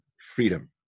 freedom